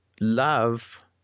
love